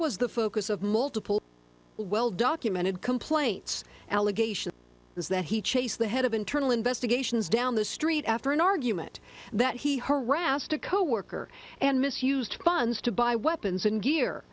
was the focus of multiple well documented complaints allegation is that he chased the head of internal investigations down the street after an argument that he harassed a coworker and misused funds to buy weapons and gear